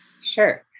Sure